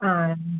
ആ